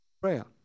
prayer